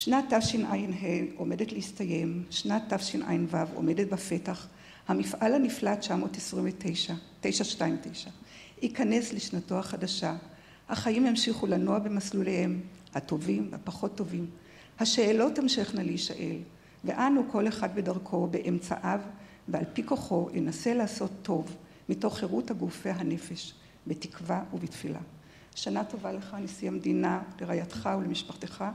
שנת תשע"ה עומדת להסתיים, שנת תשע"ו עומדת בפתח, המפעל הנפלט 929, תשע-שתיים-תשע, ייכנס לשנתו החדשה, החיים ימשיכו לנוע במסלוליהם, הטובים והפחות טובים, השאלות תמשכנה להישאל, ואנו כל אחד בדרכו, באמצעיו, ועל פי כוחו, ינסה לעשות טוב, מתוך חירות הגוף והנפש, בתקווה ובתפילה. שנה טובה לך, נשיא המדינה, לרעייתך ולמשפחתך.